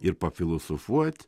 ir pafilosofuot